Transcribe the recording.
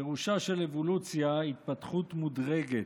פירושה של אבולוציה: התפתחות מודרגת,